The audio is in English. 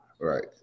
Right